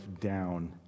down